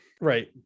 right